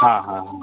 ಹಾಂ ಹಾಂ